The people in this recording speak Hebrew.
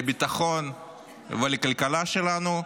לביטחון ולכלכלה שלנו,